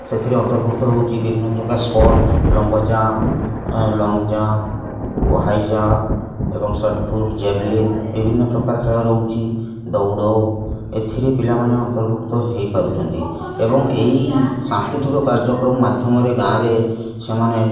ସେଥିରେ ଅନ୍ତର୍ଭୁକ୍ତ ହେଉଛି ବିଭିନ୍ନ ପ୍ରକାର ସ୍ପୋର୍ଟ ଲମ୍ବ jump long jump high jump ଏବଂ ସଟ୍ପୁଟ୍ ଜାଭଲିନ୍ ବିଭିନ୍ନପ୍ରକାର ଖେଳ ରହୁଛି ଦୌଡ଼ ଏଥିରେ ପିଲାମାନେ ଅନ୍ତର୍ଭୁକ୍ତ ହେଇପାରୁଛନ୍ତି ଏବଂ ଏହି ସାଂସ୍କୃତିକ କାର୍ଯ୍ୟକ୍ରମ ମାଧ୍ୟମରେ ଗାଁରେ ସେମାନେ